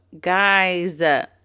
Guys